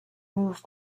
move